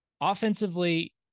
Offensively